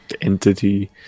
entity